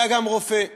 היה גם רופא,